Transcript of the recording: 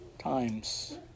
Times